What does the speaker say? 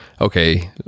okay